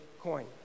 coin